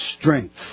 strength